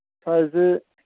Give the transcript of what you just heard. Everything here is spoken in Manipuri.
ꯁꯥꯏꯁꯁꯦ